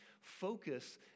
focus